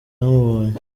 zamubonye